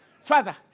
Father